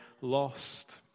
lost